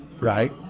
right